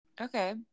Okay